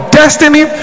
destiny